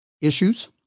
issues